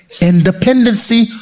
independency